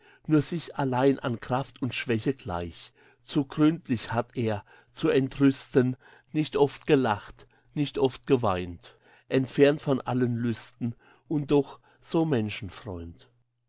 nur sich allein an kraft und schwäche gleich zu gründlich hat er zu entrüsten nicht oft gelacht nicht oft geweint entfernt von allen lüsten und doch so